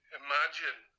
imagine